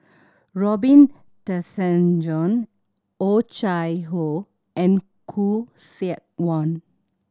Robin Tessensohn Oh Chai Hoo and Khoo Seok Wan